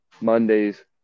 Mondays